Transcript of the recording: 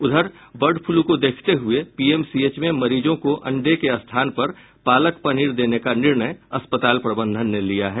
उधर bird flu को देखते हुये पीएमसीएच में मरीजों को अंडे के स्थान पर पालक पनीर देने का निर्णय अस्पताल प्रबंधन ने लिया है